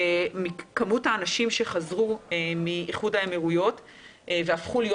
שיעור האנשים שחזרו מאיחוד האמירויות והפכו להיות